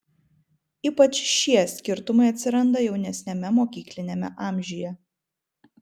ypač šie skirtumai atsiranda jaunesniame mokykliniame amžiuje